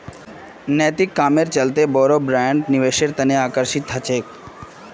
नैतिक कामेर चलते बोरो ब्रैंड निवेशेर तने आकर्षित ह छेक